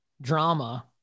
drama